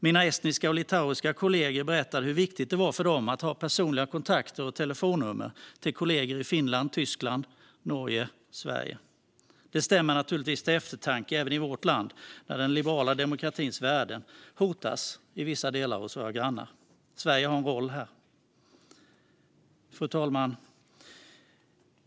Mina estniska och litauiska kollegor berättade hur viktigt det var för dem att ha personliga kontakter med och telefonnummer till kollegor i Finland, Tyskland, Norge och Sverige. Detta stämmer naturligtvis till eftertanke även i vårt land när den liberala demokratins värden hotas hos vissa av våra grannar. Sverige har här en roll att spela. Fru talman!